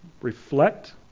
reflect